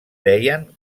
deien